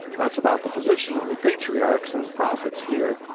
that's about the position of the patriarchs and prophets here.